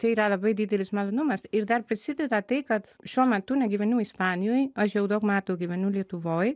tai yra labai didelis malonumas ir dar prisideda tai kad šiuo metu negyvenu ispanijoj aš jau daug metų gyvenu lietuvoj